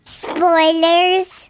spoilers